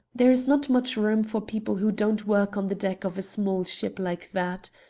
there is not much room for people who don't work on the deck of a small ship like that.